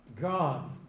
God